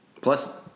Plus